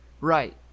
Right